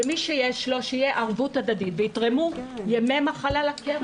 ומי שיש לו שתהיה ערבות הדדית ויתרמו ימי מחלה לקרן.